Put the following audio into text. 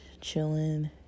chilling